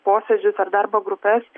posėdžius ar darbo grupes